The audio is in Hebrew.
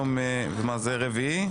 יום רביעי.